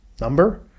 number